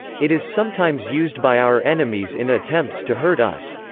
it is sometimes used by our enemies in attempts to hurt us.